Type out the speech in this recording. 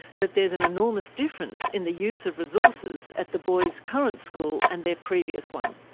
but there's an enormous difference in the use of resources at the boy's current school and their previous one.